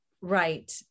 Right